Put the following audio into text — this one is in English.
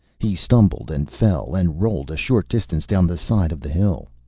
he stumbled and fell and rolled a short distance down the side of the hill.